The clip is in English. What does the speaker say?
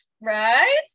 right